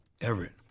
Everett